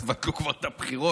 כי בטח תבטלו כבר את הבחירות,